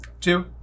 two